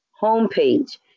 homepage